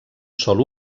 sol